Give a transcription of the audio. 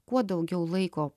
kuo daugiau laiko